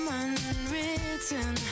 unwritten